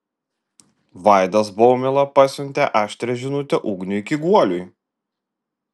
vaidas baumila pasiuntė aštrią žinutę ugniui kiguoliui